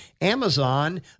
Amazon